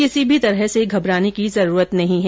किसी भी तरह से घबराने की जरूरत नहीं है